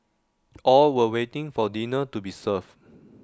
all were waiting for dinner to be served